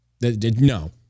No